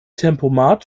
tempomat